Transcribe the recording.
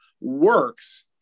works